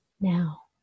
now